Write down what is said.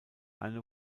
eine